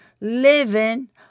living